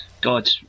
God